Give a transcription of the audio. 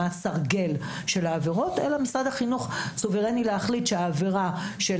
מה הסרגל של העבירות אלא משרד החינוך סוברני להחליט שהעבירה של